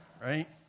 Right